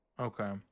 Okay